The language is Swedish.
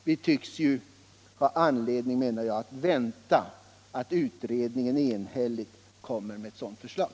Vi tycks ju ha anledning vänta att utredningen enhälligt skall komma med ett sådant förslag.